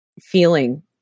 feeling